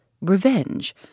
revenge